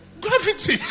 Gravity